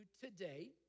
today